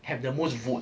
have the most vote